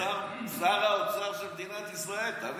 שר האוצר של מדינת ישראל, אתה מבין?